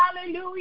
Hallelujah